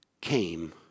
came